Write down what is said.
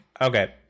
Okay